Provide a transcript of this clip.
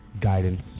guidance